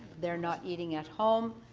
they're not eating at home,